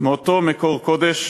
מאותו מקור קודש,